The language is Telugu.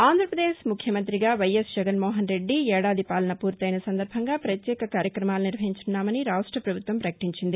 ఆంధ్రప్రదేశ్ ముఖ్యమంత్రిగా వైఎస్ జగన్మోహన్రెడ్డి ఏడాది పాలన పూర్తయిన సందర్బంగా ప్రత్యేక కార్యక్రమాలు నిర్వహించనున్నామని రాష్ట ప్రభుత్వం ప్రకటించింది